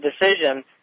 decision